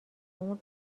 عمرت